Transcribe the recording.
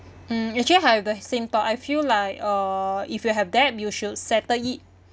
mm actually I've the same thought I feel like uh if you have debt you should settle it